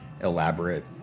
elaborate